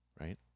right